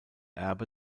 erbe